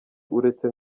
uretse